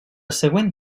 següent